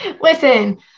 Listen